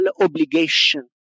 obligation